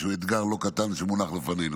שהוא אתגר לא קטן שמונח לפנינו.